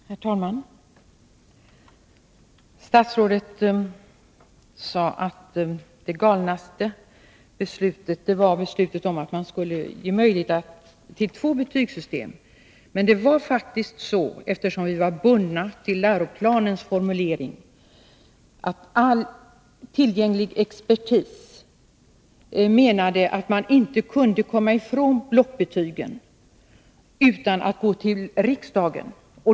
Herr talman! Statsrådet sade att det galnaste beslutet var beslutet att ge möjlighet till två betygssystem. Men det var faktiskt så, eftersom vi var bundna av läroplanens formulering, att all tillgänglig expertis menade att man inte kunde komma ifrån blockbetygen utan att gå till riksdagen.